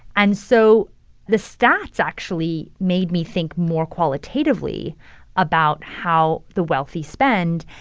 and so the stats actually made me think more qualitatively about how the wealthy spend.